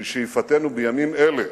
ובשאיפתנו בימים אלה